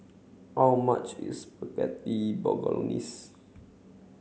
how much is Spaghetti Bolognese